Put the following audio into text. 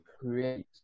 create